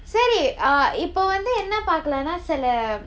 சரி:sari err இப்ப வந்து என்ன பார்க்கலானா சில:ippa vanthu enna paarkalanaa sila